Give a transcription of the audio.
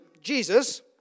Jesus